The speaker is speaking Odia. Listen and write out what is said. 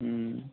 ହୁଁ